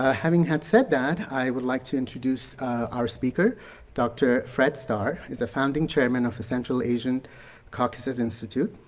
ah having had said that, i would like to introduce our speaker dr. fred starr, is the founding chairman of the central asian caucasus institute.